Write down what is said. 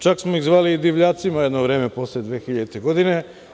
Čak smo iz zvali i divljacima jedno vreme, posle 2000. godine.